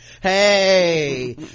hey